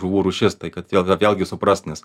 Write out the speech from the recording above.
žuvų rūšis tai kad vėl vat vėlgi suprast nes